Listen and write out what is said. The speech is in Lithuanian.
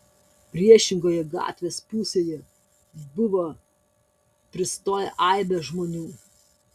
priešingoje gatvės pusėje buvo pristoję aibės žmonių